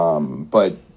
but-